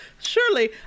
surely